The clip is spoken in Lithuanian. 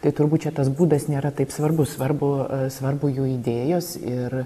tai turbūt čia tas būdas nėra taip svarbu svarbu svarbu jų idėjos ir